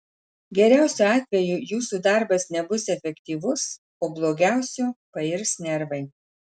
geriausiu atveju jūsų darbas nebus efektyvus o blogiausiu pairs nervai